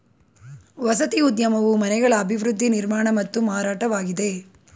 ವಸತಿ ಉದ್ಯಮವು ಮನೆಗಳ ಅಭಿವೃದ್ಧಿ ನಿರ್ಮಾಣ ಮತ್ತು ಮಾರಾಟವಾಗಿದೆ